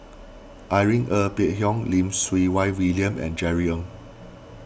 Irene Ng Phek Hoong Lim Siew Wai William and Jerry Ng